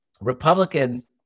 Republicans